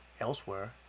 elsewhere